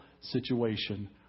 situation